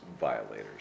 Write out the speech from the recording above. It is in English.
violators